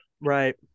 Right